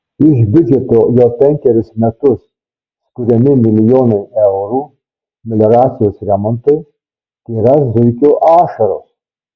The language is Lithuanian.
iš biudžeto jau penkerius metus skiriami milijonai eurų melioracijos remontui tėra zuikio ašaros